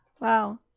Wow